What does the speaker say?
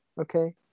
Okay